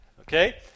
Okay